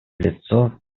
лицо